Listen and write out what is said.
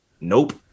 nope